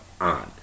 on